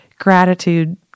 gratitude